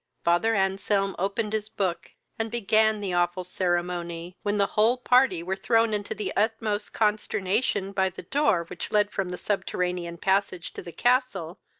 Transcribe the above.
father anselm opened his book, and began the awful ceremony, when the whole party were thrown into the utmost consternation by the door, which led from the subterranean passage to the castle,